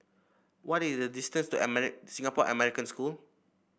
what is the distance to Singapore American School